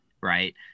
right